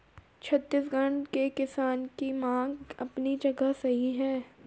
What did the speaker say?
छत्तीसगढ़ के किसान की मांग अपनी जगह सही है